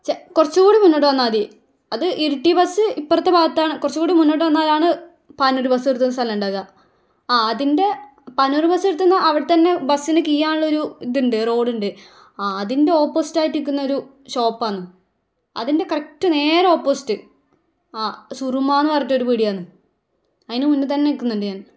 കുറച്ചുകൂടി മുന്നോട്ട് വന്നാൽമതി അത് ഇരിട്ടി ബസ്സ് ഇപ്പുറത്തെ ഭാഗത്താണ് കുറച്ചുകൂടി മുന്നോട്ട് വന്നാലാണ് പാനൂർ ബസ്സ് നിർത്തുന്ന സ്ഥലമുണ്ടാവുക ആ അതിൻ്റെ പാനൂർ ബസ്സ് നിർത്തുന്ന അവിടെത്തന്നെ ബസ്സിൽ കീയാനുള്ളൊരു ഇതുണ്ട് റോടുണ്ട് ആ അതിൻ്റെ ഓപ്പോസിറ്റ് ആയിട്ട് നിൽക്കുന്നൊരു ഷോപ്പാണ് അതിൻ്റെ കറക്ട് നേരെ ഓപ്പോസിറ്റ് ആ സുറുമയെന്നു പറഞ്ഞിട്ടൊരു പീടികയാണ് അതിനു മുന്നിൽത്തന്നെ നിൽക്കുന്നുണ്ട് ഞാൻ